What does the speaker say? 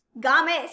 Gomez